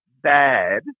bad